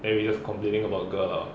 then we just complaining about girl lah